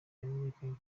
yamenyekanye